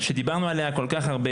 שדיברנו עליה כל כך הרבה,